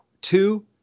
Two